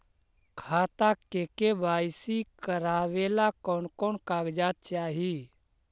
खाता के के.वाई.सी करावेला कौन कौन कागजात चाही?